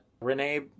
Renee